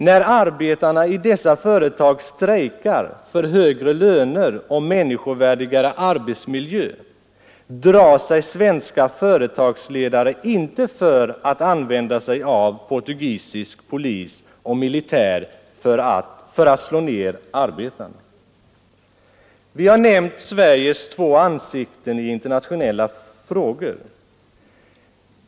När arbetarna i dessa företag strejkar för högre löner och människovärdigare arbetsmiljö, drar sig svenska företagsledare inte för att använda sig av portugisisk polis och militär för att slå ner arbetarna. Vi har nämnt Sveriges två ansikten i internationella frågor.